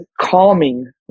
calming